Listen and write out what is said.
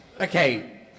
okay